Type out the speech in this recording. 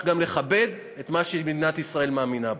גם לכבד את מה שמדינת ישראל מאמינה בו.